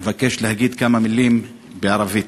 אני מבקש להגיד כמה מילים בערבית.